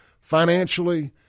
financially